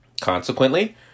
Consequently